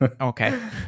Okay